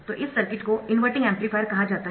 तो इस सर्किट को इनवर्टिंग एम्पलीफायर कहा जाता है